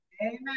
Amen